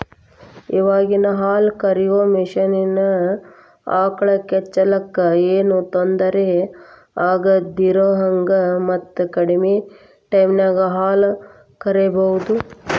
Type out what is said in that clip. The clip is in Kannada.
ಇವಾಗಿನ ಹಾಲ ಕರಿಯೋ ಮಷೇನ್ ಆಕಳ ಕೆಚ್ಚಲಕ್ಕ ಏನೋ ತೊಂದರೆ ಆಗದಿರೋಹಂಗ ಮತ್ತ ಕಡಿಮೆ ಟೈಮಿನ್ಯಾಗ ಹಾಲ್ ಕರಿಬಹುದು